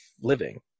living